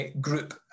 group